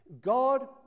God